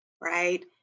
right